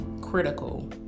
critical